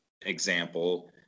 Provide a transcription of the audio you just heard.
example